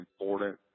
important